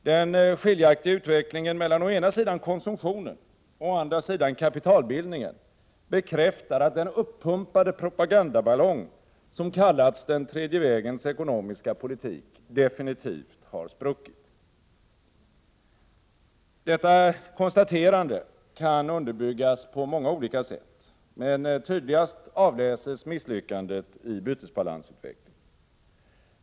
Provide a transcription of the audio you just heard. Den skiljaktiga utvecklingen mellan å ena sidan konsumtionen och å andra sidan kapitalbildningen bekräftar att den uppumpade propagandaballong som kallats den tredje vägens ekonomiska politik definitivt har spruckit. Detta konstaterande kan underbyggas på många olika sätt, men tydligast avläses misslyckandet i bytesbalansutvecklingen.